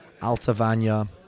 Altavania